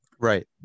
Right